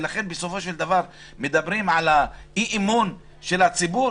ולכן יש אי-אמון של הציבור.